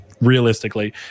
Realistically